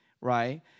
right